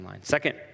Second